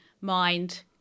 mind